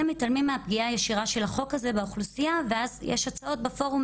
מתעלמים מהפגיעה הישירה של החוק הזה והאוכלוסייה ואז יש הצעות בפורום